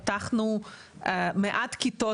פתחנו מעט כיתות,